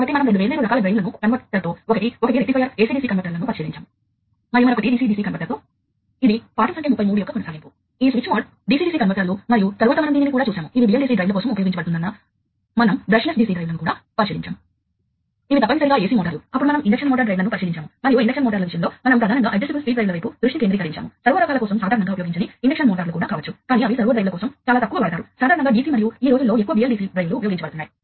మరియు ఇక్కడ ఉన్న కంట్రోలర్ వాస్తవానికి ఆ డేటా ప్రవాహాన్ని అందుకుంటుంది మరియు ఇక్కడ ఉన్న నియంత్రిక వాస్తవానికి ఆ డేటా ప్రవాహాన్ని అందుకుంటుంది మరియు తరువాత వాస్తవానికి అర్థం చేసుకోగలిగే డేటా నుండి ఇది సాధారణంగా ప్యాకెట్లుగా పిలువబడే డేటా గా నిర్వహించబడుతుంది మరియు ప్రతి ప్యాకెట్ను పరిశీలించడం ద్వారా వాస్తవానికి దానికి ఏ పరికరం నుండి ఈ డేటా ప్యాకెట్ వస్తోంది మరియు ఇది ఏ పరికరానికి సరిగ్గా వెళ్ళాలి అని అర్ధం చేసుకోగలుగు తుంది